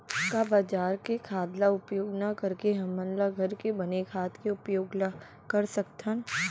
का बजार के खाद ला उपयोग न करके हमन ल घर के बने खाद के उपयोग ल कर सकथन?